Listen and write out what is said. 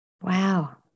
Wow